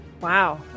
Wow